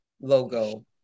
logo